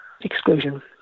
exclusion